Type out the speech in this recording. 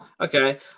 Okay